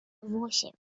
восемь